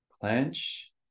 clench